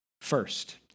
First